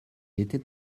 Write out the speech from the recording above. était